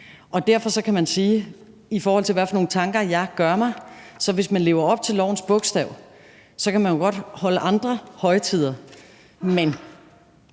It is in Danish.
Derfor kan man, i forhold til hvad for nogle tanker jeg gør mig, sige, at man, hvis man lever op til lovens bogstav, jo godt kan holde andre højtider, men